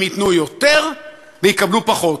הם ייתנו יותר ויקבלו פחות.